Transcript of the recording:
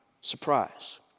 surprise